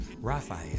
Raphael